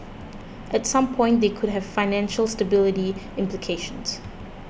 at some point they could have financial stability implications